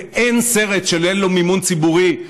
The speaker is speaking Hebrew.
אין סרט שאין לו מימון ציבורי,